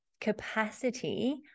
capacity